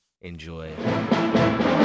Enjoy